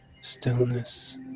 stillness